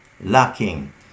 lacking